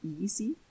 easy